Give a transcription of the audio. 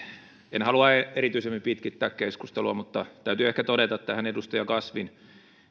en halua erityisemmin pitkittää keskustelua mutta täytyy ehkä todeta tähän edustaja kasvin